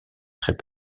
très